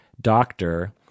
doctor